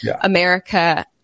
america